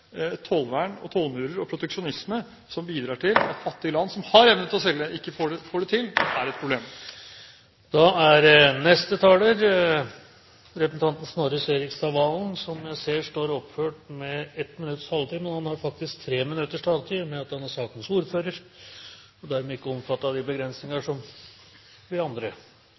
tollvern og tollmurer og proteksjonisme, som bidrar til at fattige land som har evne til å selge, ikke får det til, er et problem. Neste taler er representanten Snorre Serigstad Valen, som jeg ser står oppført med 1 minutts taletid, men han har faktisk 3 minutters taletid, i og med at han er sakens ordfører og dermed ikke er omfattet av de samme begrensninger som de andre.